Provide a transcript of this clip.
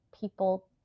people